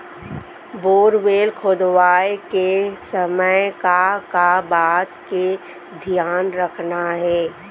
Borewell खोदवाए के समय का का बात के धियान रखना हे?